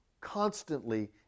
constantly